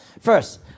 first